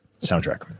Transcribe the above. Soundtrack